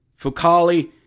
Fukali